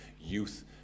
youth